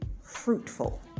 fruitful